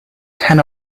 ten